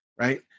right